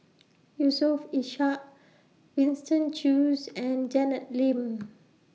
Yusof Ishak Winston Choos and Janet Lim